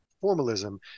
formalism